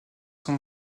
son